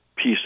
piece